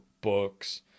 books